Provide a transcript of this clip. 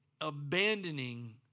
abandoning